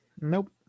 Nope